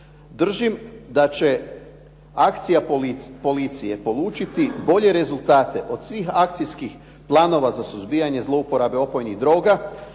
Držim da će akcija policije polučiti bolje rezultate od svih akcijskih planova za suzbijanje zlouporabe opojnih droga